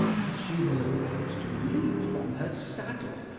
as she was about to leap from her saddle,